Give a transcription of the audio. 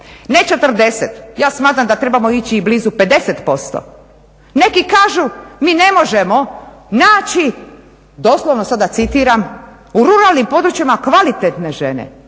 ne 40 ja smatram da trebamo ići blizu 50%. Neki kažu mi ne možemo naći doslovno stoga citiram "u ruralnim područjima kvalitetne žene".